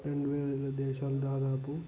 రెండు వేల ఇరవై దేశాలు దాదాపు